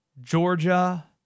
Georgia